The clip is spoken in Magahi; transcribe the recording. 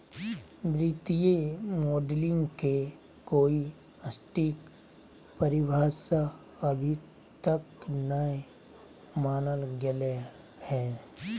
वित्तीय मॉडलिंग के कोई सटीक परिभाषा अभी तक नय मानल गेले हें